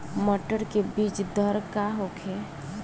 मटर के बीज दर का होखे?